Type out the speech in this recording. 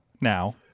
now